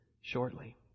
shortly